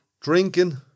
drinking